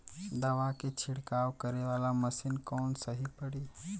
दवा के छिड़काव करे वाला मशीन कवन सही पड़ी?